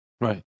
Right